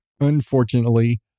unfortunately